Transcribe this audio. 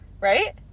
Right